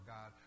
God